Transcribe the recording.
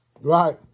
Right